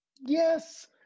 Yes